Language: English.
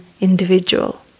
individual